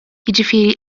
jiġifieri